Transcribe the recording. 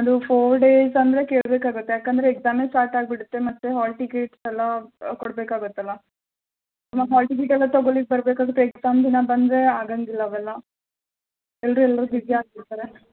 ಅದು four days ಅಂದರೆ ಕೇಳಬೇಕಾಗುತ್ತೆ ಯಾಕಂದರೆ ಎಕ್ಸಾಮೆ ಸ್ಟಾರ್ಟಾಗಿಬಿಡುತ್ತೆ ಮತ್ತು ಹಾಲ್ ಟಿಕೆಟ್ ಎಲ್ಲ ಕೊಡಬೇಕಾಗುತ್ತಲ್ಲ ಹಾಂ ಹಾಲ್ ಟಿಕೆಟ್ ಎಲ್ಲ ತೊಗೊಳ್ಳಿಕ್ಕೆ ಬರಬೇಕಾಗುತ್ತೆ ಎಕ್ಸಾಮ್ ದಿನ ಬಂದರೆ ಆಗಂಗಿಲ್ಲ ಅವೆಲ್ಲ ಎಲ್ಲರು ಎಲ್ಲರು ಬ್ಯುಸಿ ಆಗಿಬಿಡ್ತಾರೆ